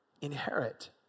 inherit